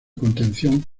contención